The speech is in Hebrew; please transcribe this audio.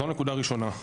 זו הנקודה הראשונה.